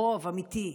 רוב אמיתי.